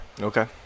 Okay